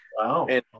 Wow